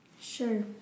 Sure